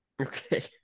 Okay